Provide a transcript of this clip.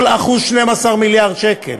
כל אחוז, 12 מיליארד שקל.